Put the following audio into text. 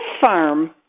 farm